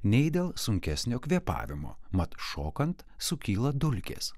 nei dėl sunkesnio kvėpavimo mat šokant sukyla dulkės